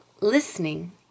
listening